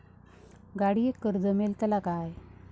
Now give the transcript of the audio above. गाडयेक कर्ज मेलतला काय?